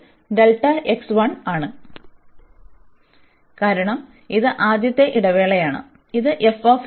ഇത് ആണ് കാരണം ഇത് ആദ്യത്തെ ഇടവേളയാണ് ഇത് ആയിരിക്കും